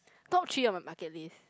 top three of my bucket list